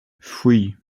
three